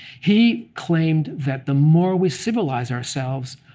he claimed that the more we civilize ourselves,